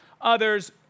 Others